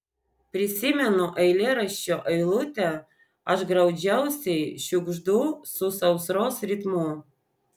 prisimenu eilėraščio eilutę aš graudžiausiai šiugždu su sausros ritmu